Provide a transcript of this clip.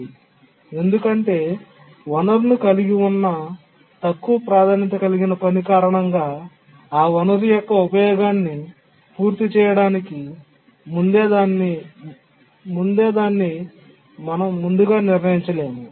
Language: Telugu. మరియు ఎందుకంటే వనరును కలిగి ఉన్న తక్కువ ప్రాధాన్యత కలిగిన పని కారణంగా ఆ వనరు యొక్క ఉపయోగాన్ని పూర్తి చేయడానికి ముందే దాన్ని ముందుగా మనం నిర్ణయించలేము